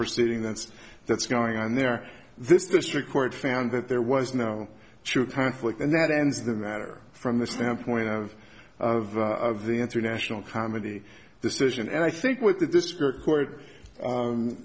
proceeding that's that's going on there this district court found that there was no true time flick and that ends the matter from the standpoint of of of the international comedy decision and i think with the district court